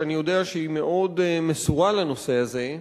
שאני יודע שהיא מאוד מסורה לנושא הזה,